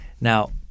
Now